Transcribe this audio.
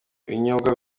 ibinyobwa